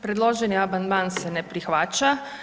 Predloženi amandman se ne prihvaća.